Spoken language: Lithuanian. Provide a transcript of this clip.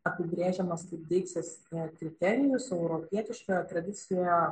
apibrėžiamas kaip deiksės kriterijus o europietiškoje tradicijoje